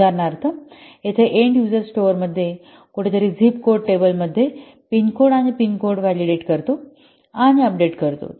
उदाहरणार्थ येथे end user स्टोअरमध्ये कोठेतरी झिप कोड टेबल मध्ये पिन कोड आणि पिन कोड वैध करतो आणि अपडेट करतो